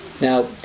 Now